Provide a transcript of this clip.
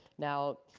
now,